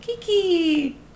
Kiki